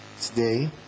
today